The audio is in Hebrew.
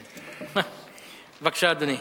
בבקשה, אדוני.